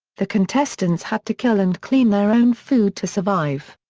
the contestants had to kill and clean their own food to survive.